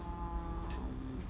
um